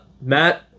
Matt